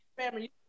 family